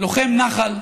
לוחם נח"ל,